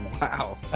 Wow